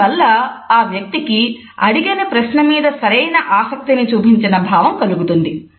దీనివల్ల ఆ వ్యక్తికి అడిగిన ప్రశ్న మీద సరైన ఆసక్తి చూపించిన భావన కలుగుతుంది